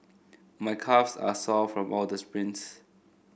my calves are sore from all the sprints